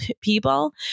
people